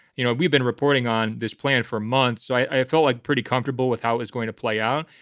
you know, we've been reporting on this plan for months. so i felt like pretty comfortable with how is going to play out.